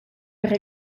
per